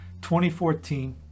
2014